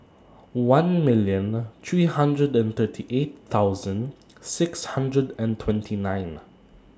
one million three hundred and thirty eight thousand six hundred and twenty nine